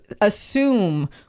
assume